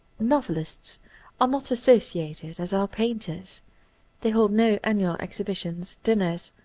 novelists are not associated as are painters they hold no annual exhibitions, dinners,